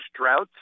droughts